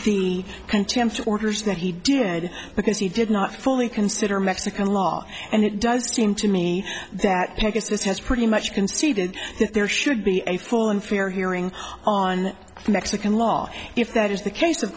the contemptuous waters that he did because he did not fully consider mexican law and it does seem to me that this has pretty much conceded that there should be a full and fair hearing on mexican law if that is the case of